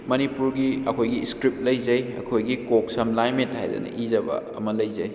ꯃꯅꯤꯄꯨꯔꯒꯤ ꯑꯩꯈꯣꯏꯒꯤ ꯏꯁꯀ꯭ꯔꯤꯞ ꯂꯩꯖꯩ ꯑꯩꯈꯣꯏꯒꯤ ꯀꯣꯛ ꯁꯝ ꯂꯥꯏ ꯃꯤꯠ ꯍꯥꯏꯗꯅ ꯏꯖꯕ ꯑꯃ ꯂꯩꯖꯩ